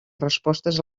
respostes